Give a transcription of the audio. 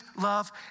love